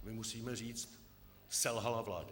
My musíme říct: selhala vláda.